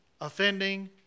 offending